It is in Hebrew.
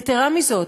יתרה מזאת,